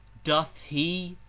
doth he,